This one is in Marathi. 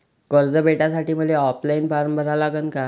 कर्ज भेटासाठी मले ऑफलाईन फारम भरा लागन का?